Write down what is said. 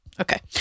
Okay